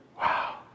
Wow